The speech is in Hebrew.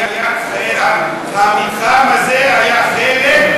המתחם הזה היה חלק,